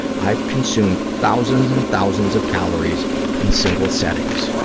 i've consumed thousands and thousands of calories in single settings